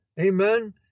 Amen